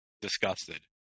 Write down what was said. disgusted